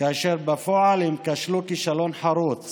כאשר בפועל הם כשלו כישלון חרוץ